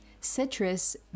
citrus